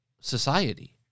society